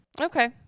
okay